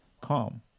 calm